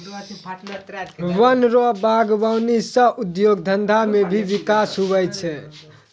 वन रो वागबानी सह उद्योग धंधा मे भी बिकास हुवै छै